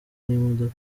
n’imodoka